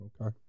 okay